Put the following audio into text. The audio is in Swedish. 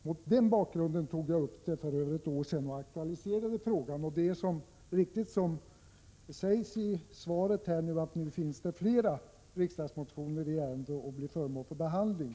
Mot den bakgrunden tog jag upp och aktualiserade denna fråga för ett år sedan. Det är riktigt som det sägs i svaret, att det nu finns flera — Prot. 1986/87:70 motioner i ärendet som blir föremål för behandling.